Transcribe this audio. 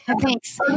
Thanks